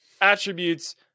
attributes